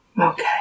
okay